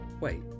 wait